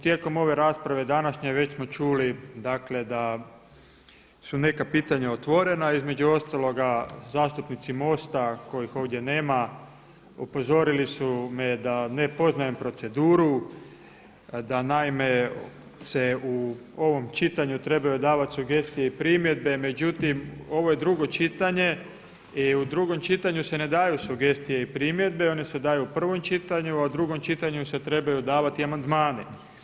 Tijekom ove rasprave današnje već smo čuli da su neka pitanja otvorena, između ostaloga zastupnici MOST-a kojih ovdje nama upozorili su me da ne poznajem proceduru da naime se u ovom čitanju trebaju davati sugestije i primjedbe, međutim ovo je drugo čitanje i u drugom čitanju se ne daju sugestije i primjedbe, one se daju u prvom čitanju, a u drugom čitanju se trebaju davati amandmani.